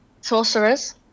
sorcerers